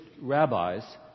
rabbis